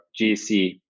gc